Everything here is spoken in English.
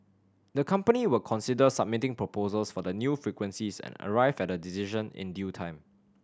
the company will consider submitting proposals for the new frequencies and arrive at a decision in due time